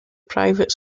private